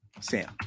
Sam